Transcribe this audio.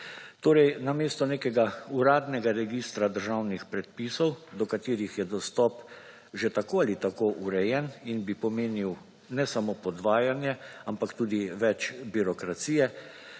torej namesto nekega uradnega registra državnih predpisov do katerih je dostop že tako ali tako urejen in bi pomenil ne samo podvajanje, ampak tudi več birokracije